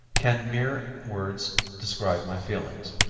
can mere words describe my feelings?